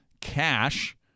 cash